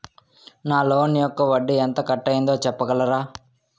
నా లోన్ యెక్క వడ్డీ ఎంత కట్ అయిందో చెప్పగలరా?